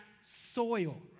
soil